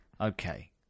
Okay